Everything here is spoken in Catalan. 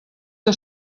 que